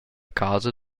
casa